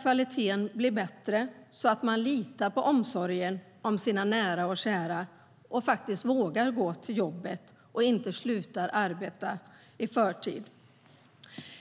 Kvaliteten blir bättre så att man kan lita på omsorgen om sina nära och kära och vågar gå till jobbet och inte slutar arbeta i förtid.